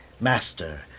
Master